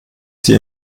sie